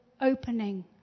opening